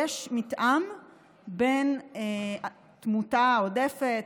יש מתאם בין תמותה עודפת,